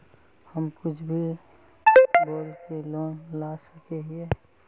हम कुछ भी बोल के लोन ला सके हिये?